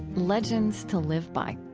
legends to live by.